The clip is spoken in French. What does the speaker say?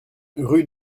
rue